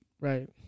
Right